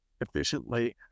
efficiently